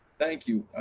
thank you.